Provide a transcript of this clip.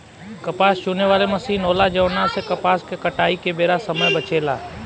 कपास चुने वाला मशीन होला जवना से कपास के कटाई के बेरा समय बचेला